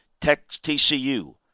TCU